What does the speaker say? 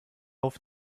auf